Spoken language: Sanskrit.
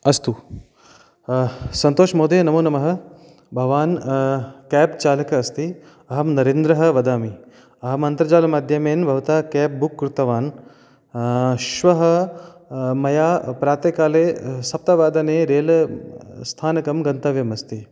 अस्तु सन्तोषमहोदय नमो नमः भवान् केब् चालकः अस्ति अहं नरेन्द्रः वदामि अहम् अन्तर्जालमाध्यमेन भवतः केब् बुक् कृतवान् श्वः मया प्रातःकाले सप्तवादने रेलस्थानकं गन्तव्यमस्ति